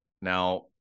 Now